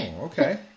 okay